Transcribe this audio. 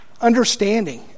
understanding